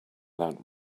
that